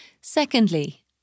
Secondly